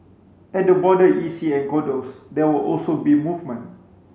at the border E C and condos there will also be movement